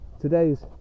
today's